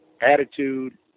attitude